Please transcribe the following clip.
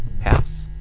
house